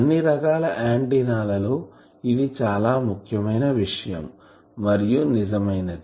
అన్ని రకాల ఆంటిన్నా ల లో ఇది చాలా ముఖ్యమైన విషయం మరియు నిజమైనది